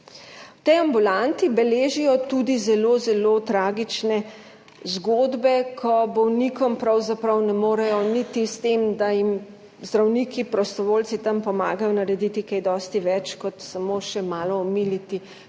tej ambulanti beležijo tudi zelo, zelo tragične zgodbe, ko bolnikom pravzaprav ne morejo niti s tem, da jim zdravniki prostovoljci tam pomagajo, narediti kaj dosti več, kot samo še malo omiliti konec